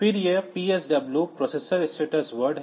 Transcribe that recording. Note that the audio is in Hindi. फिर यह PSW प्रोसेसर स्टेटस शब्द है